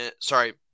Sorry